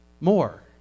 more